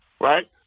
Right